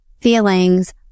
feelings